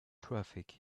traffic